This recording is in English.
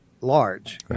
large